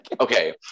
okay